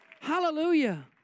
Hallelujah